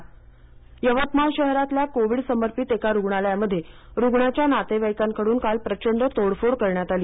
तोडफोड यवतमाळ यवतमाळ शहरातील कोविड समर्पित एका रुग्णालयामध्ये रुग्णाच्या नातेवाईकांकडून काल प्रचंड तोडफोड करण्यात आली